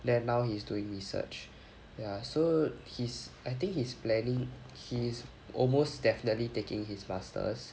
then now he's doing research ya so he's I think he's planning he's almost definitely taking his masters